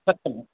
सत्यम्